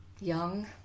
young